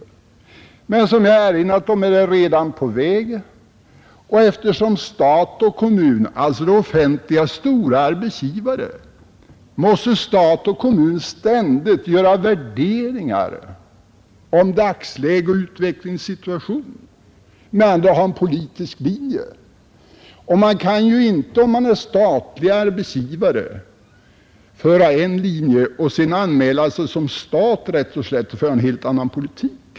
Som jag erinrat om är det redan på väg, och eftersom stat och kommun är det offentligas stora arbetsgivare måste stat och kommun ständigt göra värderingar av dagsläge och utvecklingssituation — med andra ord ha en politisk linje. Man kan ju inte, om man är statlig arbetsgivare, följa en linje som arbetsgivare och sedan anmäla sig som stat rätt och slätt och föra en helt annan politik.